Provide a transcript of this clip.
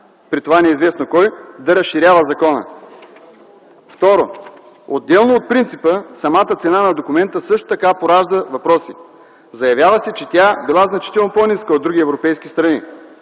при това неизвестно кой, да разширява закона. Второ, отделно от принципа за самата цена на документа също така поражда въпроси. Заявява се, че тя била значително по-ниска от други европейски страни.